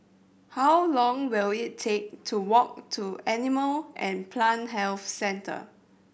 how long will it take to walk to Animal and Plant Health Centre